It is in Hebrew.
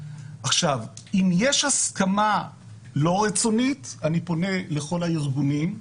אם יש הסכמה לא רצונית, אני פונה לכל הארגונים.